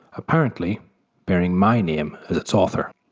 apparently bearing my name as its author.